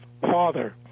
father